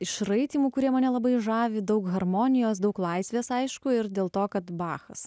išraitymų kurie mane labai žavi daug harmonijos daug laisvės aišku ir dėl to kad bachas